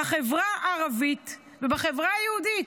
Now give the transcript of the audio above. בחברה הערבית ובחברה היהודית.